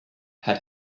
had